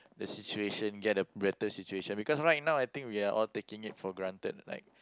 the situation get a better situation because right now I think we are all taking it for granted like